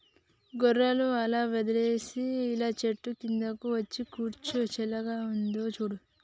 గొర్రెలు అలా వదిలేసి ఇలా చెట్టు కిందకు వచ్చి కూర్చో చల్లగా ఉందో చూడు